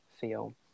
feel